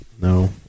No